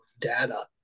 data